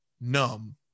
Numb